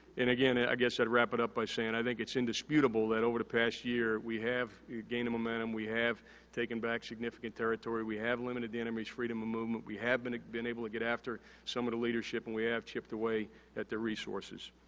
and, again, i guess i'd wrap it up by saying i think it's indisputable that over the past year we have gained a momentum, we have taken back significant territory, we have limited the enemy's freedom of movement, we have been been able to get after some of the leadership, and we have chipped away at their resources.